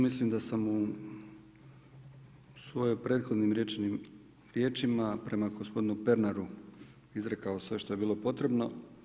Mislim da sam svojim prethodnim riječima prema gospodinu Pernaru izrekao sve što je bilo potrebno.